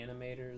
animators